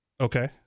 okay